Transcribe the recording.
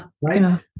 Right